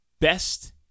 best